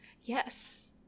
Yes